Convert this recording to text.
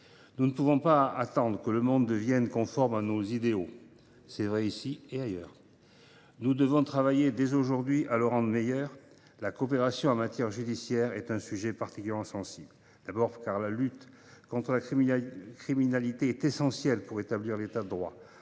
Nous ne pouvons pas attendre que le monde devienne conforme à nos idéaux – cela vaut ici comme ailleurs. Nous devons travailler dès aujourd’hui à le rendre meilleur. La coopération en matière judiciaire est un sujet particulièrement sensible. Tout d’abord, la lutte contre la criminalité est essentielle pour établir l’État de droit.